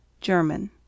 German